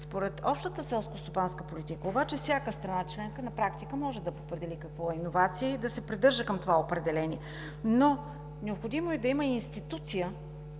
Според общата селскостопанска политика обаче всяка страна членка на практика може да определи какво е иновация и да се придържа към това определение, но е необходимо да има институция,